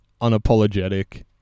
unapologetic